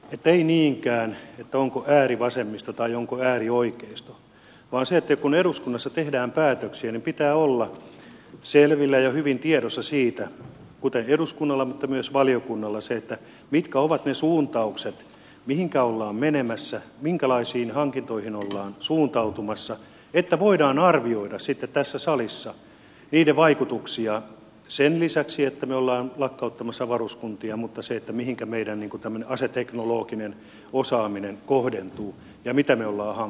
ei niinkään sitä onko äärivasemmisto vai onko äärioikeisto vaan se että kun eduskunnassa tehdään päätöksiä pitää olla selvillä ja hyvin tiedossa eduskunnalla mutta myös valiokunnalla se mitkä ovat ne suuntaukset mihinkä ollaan menemässä minkälaisiin hankintoihin ollaan suuntautumassa että voidaan arvioida sitten tässä salissa niiden vaikutuksia sen lisäksi että me olemme lakkauttamassa varuskuntia sitä mihinkä meidän aseteknologinen osaamisemme kohdentuu ja mitä me olemme hankkimassa